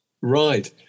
Right